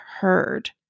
heard